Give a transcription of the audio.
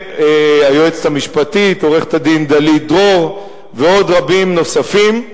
היועצת המשפטית עורכת-דין דלית דרור ועוד רבים נוספים.